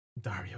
dario